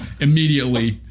immediately